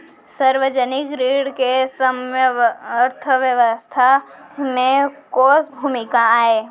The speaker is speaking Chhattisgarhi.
सार्वजनिक ऋण के अर्थव्यवस्था में कोस भूमिका आय?